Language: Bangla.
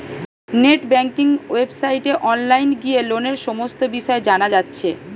নেট ব্যাংকিং ওয়েবসাইটে অনলাইন গিয়ে লোনের সমস্ত বিষয় জানা যাচ্ছে